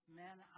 men